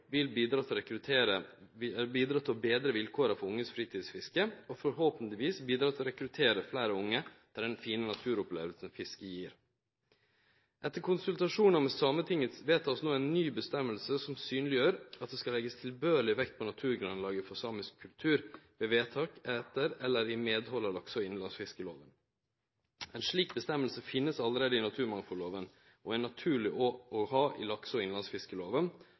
vil bidra til å betre vilkåra for unges fritidsfiske, og forhåpentleg bidra til å rekruttere fleire unge til den fine naturopplevinga fiske gjev. Etter konsultasjonar med Sametinget vert det no vedteke ei ny avgjerd som synleggjer at ein skal leggje tilbørleg vekt på naturgrunnlaget for samisk kultur ved vedtak etter eller i medhald av lakse- og innlandsfisklova. Ei slik avgjerd finst allereie i naturmangfaldlova, og er naturleg å ha også i lakse- og innlandsfiskelova,